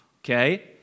okay